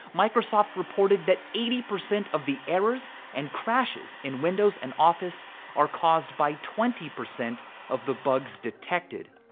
microsoft reported that eighty percent of the errors and crashes in windows and office are caused by twenty percent of the bugs detected.